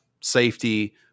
safety